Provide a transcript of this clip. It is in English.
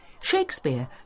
Shakespeare